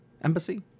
embassy